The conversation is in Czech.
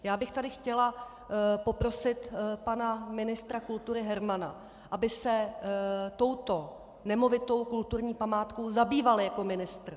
Já bych tady chtěla poprosit pana ministra kultury Hermana, aby se touto nemovitou kulturní památkou zabýval jako ministr.